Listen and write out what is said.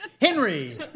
Henry